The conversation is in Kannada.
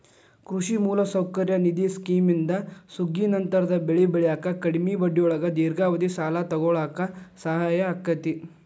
ಕೃಷಿ ಮೂಲಸೌಕರ್ಯ ನಿಧಿ ಸ್ಕಿಮ್ನಿಂದ ಸುಗ್ಗಿನಂತರದ ಬೆಳಿ ಬೆಳ್ಯಾಕ ಕಡಿಮಿ ಬಡ್ಡಿಯೊಳಗ ದೇರ್ಘಾವಧಿ ಸಾಲ ತೊಗೋಳಾಕ ಸಹಾಯ ಆಕ್ಕೆತಿ